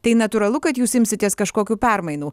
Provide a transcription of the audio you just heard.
tai natūralu kad jūs imsitės kažkokių permainų